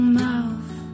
mouth